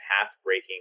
path-breaking